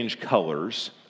colors